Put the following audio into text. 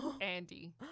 Andy